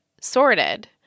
sorted